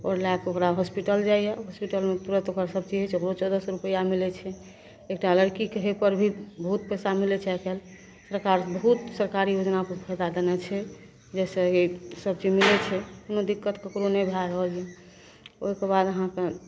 आओर लैके ओकरा हॉसपिटल जाइए हॉसपिटलमे तुरन्त सबचीज होइ छै ओकरो चौदह सओ रुपैआ मिलै छै एकटा लड़कीके होइपर भी बहुत पइसा मिलै छै आइकाल्हि सरकार बहुत सरकारी योजनाके फायदा देने छै जाहिसे ईसबचीज मिलै छै कोनो दिक्कत ककरो नहि भै रहल यऽ ओहिके बाद अहाँके